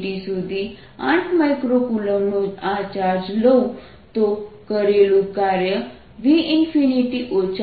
થી સુધી 8µCનો આ ચાર્જ લઉં તો કરેલું કાર્ય V V6